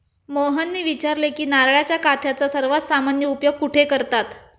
मोहनने विचारले की नारळाच्या काथ्याचा सर्वात सामान्य उपयोग कुठे करतात?